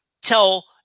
tell